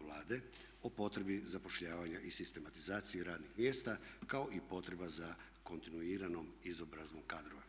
Vlade o potrebi zapošljavanja i sistematizacije radnih mjesta kao i potreba za kontinuiranom izobrazbom kadrova.